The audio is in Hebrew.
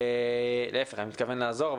להפך, אני מתכוון לעזור.